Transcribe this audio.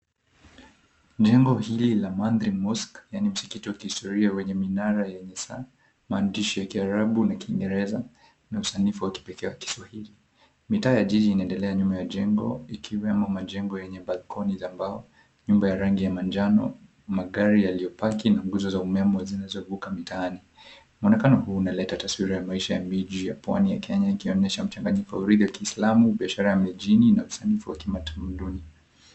Jengo hili la Mandhri Mosque yani msikiti wa kihistoria wenye minara wenye saa, maandishi ya kiarabu na kiingereza na usanifu wa kipeke wa kiswahili. Mitaa ya jiji inaendelea nyuma ya jengo ikiwemo majengo yenye balkoni za mbao, nyumba ya rangi ya manjano, magari yaliyopaki na nguzo za umeme zinazovuka mitaani. Muonekana huu unaleta taswira ya maisha ya miji ya pwani ya Kenya ukionyesha mchanganyiko wa kiislamu, biashara ya mjini na usanifu wa kimatamaduni.